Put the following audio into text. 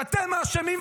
אתם האשמים,